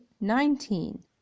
nineteen